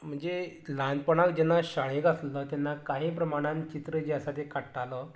म्हणजे ल्हानपणांत जेन्ना शाळेक आसलो तेन्ना काहे प्रामाणान चित्र जें आसा तें काडटालो